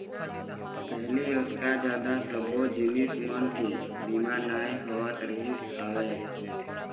पहिली अतका जादा सब्बो जिनिस मन के बीमा नइ होवत रिहिस हवय